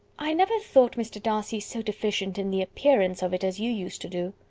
i never thought mr. darcy so deficient in the appearance of it as you used to do.